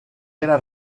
era